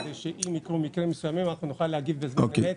כדי שאם יקרו מקרים מסוימים אנחנו נוכל להגיב בזמן אמת.